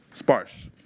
sparsh.